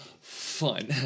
fun